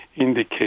indicate